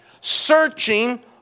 Searching